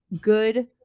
good